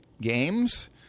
games